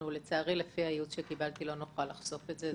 אנחנו, לפי הייעוץ שקיבלתי, לא נוכל לחשוף את זה.